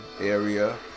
area